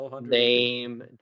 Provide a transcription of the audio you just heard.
Name